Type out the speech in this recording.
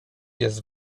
jest